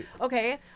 Okay